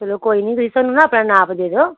ਚਲੋ ਕੋਈ ਨਹੀਂ ਤੁਸੀਂ ਸਾਨੂੰ ਨਾ ਆਪਣਾ ਨਾਪ ਦੇ ਦਿਓ